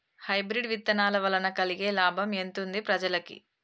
Hybrid విత్తనాల వలన కలిగే లాభం ఎంతుంది ప్రజలకి?